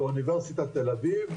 ואוניברסיטת תל אביב,